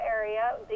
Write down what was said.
area